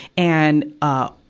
and, ah,